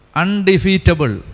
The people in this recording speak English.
undefeatable